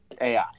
AI